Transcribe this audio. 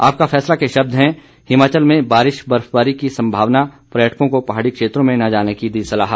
आपका फैसला के शब्द हैं हिमाचल में बारिश बर्फबारी की संभावना पर्यटकों को पहाड़ी क्षेत्रों में न जाने की दी सलाह